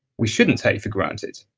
we shouldn't take for granted.